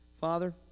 Father